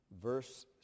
Verse